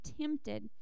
tempted